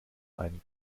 einen